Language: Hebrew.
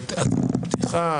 לתת הערות פתיחה.